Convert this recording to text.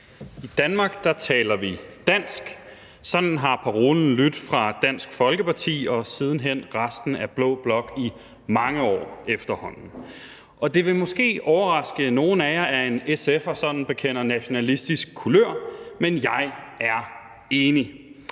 I Danmark taler vi dansk – sådan har parolen lydt fra Dansk Folkeparti og siden hen fra resten af blå blok i mange år efterhånden. Og det vil måske overraske nogle af jer, at en SF'er sådan bekender nationalistisk kulør, men jeg er enig.